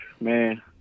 Man